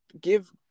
give